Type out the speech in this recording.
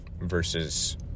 versus